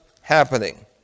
happening